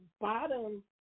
bottom